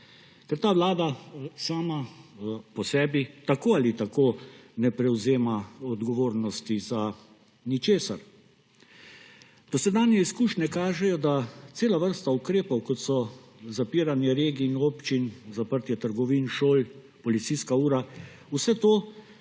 Ker ta vlada sama po sebi tako ali tako ne prevzema odgovornosti za ničesar. Dosedanje izkušnje kažejo, da cela vrsta ukrepov, kot so zapiranje regij in občin, zaprtje trgovin, šol, policijska ura, ni